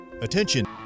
Attention